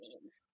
memes